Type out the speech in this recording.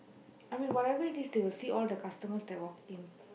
I mean whatever it is they will see all the customers that walked in